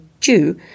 due